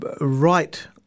right